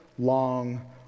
long